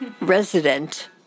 resident